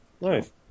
Nice